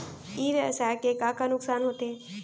ई व्यवसाय के का का नुक़सान होथे?